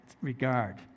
regard